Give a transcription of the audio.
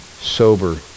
sober